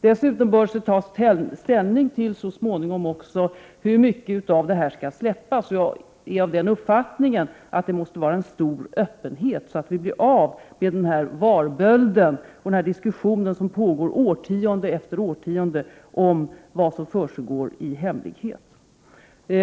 Dessutom bör ställning så småningom tas till hur mycket av informationen som skall offentliggöras. Jag är av den uppfattningen att det måste vara en stor öppenhet så att vi blir av med ”varbölden”, den diskussion som pågått årtionde efter årtionde om vad som försiggår i hemlighet.